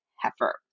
heifer